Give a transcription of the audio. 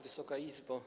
Wysoka Izbo!